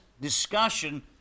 discussion